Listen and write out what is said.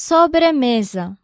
Sobremesa